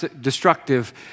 destructive